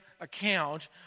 account